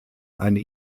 eine